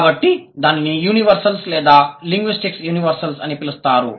కాబట్టి దానిని యూనివెర్సల్స్ లేదా లింగ్విస్టిక్ యూనివెర్సల్స్ అని పిలుస్తారు